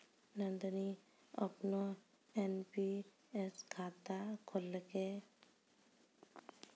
नंदनी अपनो एन.पी.एस खाता खोललकै